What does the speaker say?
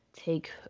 take